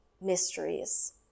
mysteries